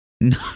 No